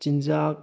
ꯆꯤꯟꯖꯥꯛ